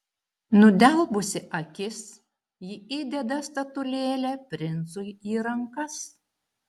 nudelbusi akis ji įdeda statulėlę princui į rankas